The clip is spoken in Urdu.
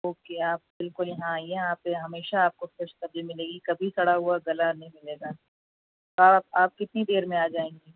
اوکے آپ بالکل یہاں آئیے یہاں پہ ہمیشہ آپ کو فریش سبزی ملے گی کبھی سڑا ہُوا گلا نہیں ملے گا آپ آپ کتنی دیر میں آ جائیں گی